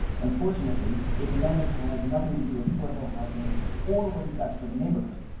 unfortunately this amendment has nothing to do with affordable housing or what is best for the neighborhood.